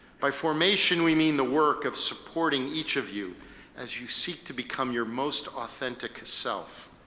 by formation, we mean the work of supporting each of you as you seek to become your most authentic self.